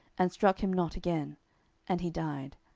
and struck him not again and he died.